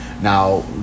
Now